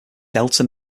delta